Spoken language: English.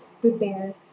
prepare